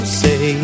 say